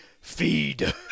Feed